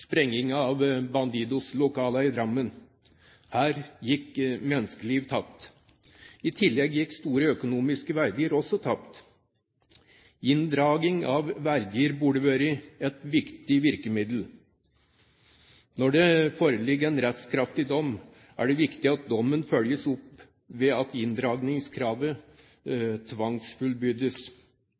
i Drammen. Her gikk menneskeliv tapt. I tillegg gikk store økonomiske verdier også tapt. Inndragning av verdier burde her vært et viktig virkemiddel. Når det foreligger en rettskraftig dom, er det viktig at dommen følges opp ved at inndragningskravet